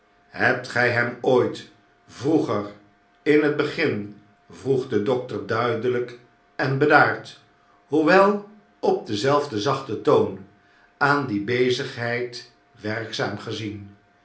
hebt gy hem ooit vroeger in het begin vroeg de dokter duideiy'k en bedaard hoewel op denzelfden zachten toon aan die bezigheid werkzaam gezien